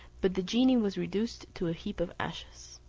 but the genie was reduced to a heap of ashes.